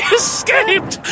escaped